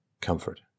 comfort